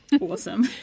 Awesome